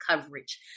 coverage